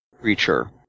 creature